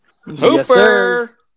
Hooper